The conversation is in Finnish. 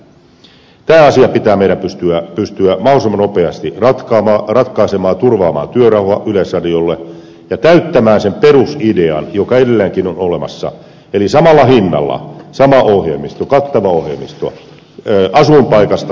tämä asia meidän pitää pystyä mahdollisimman nopeasti ratkaisemaan turvaamaan työrauha yleisradiolle ja täyttämään sen perusidea joka edelleen on olemassa eli samalla hinnalla sama ohjelmisto kattava ohjelmisto asuinpaikasta varallisuudesta riippumatta